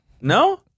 No